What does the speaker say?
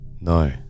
No